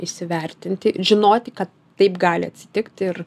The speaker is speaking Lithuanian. įsivertinti žinoti kad taip gali atsitikt ir